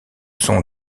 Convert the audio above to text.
sont